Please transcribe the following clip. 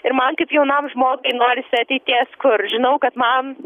ir man kaip jaunam žmogui norisi ateities kur žinau kad man